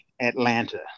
Atlanta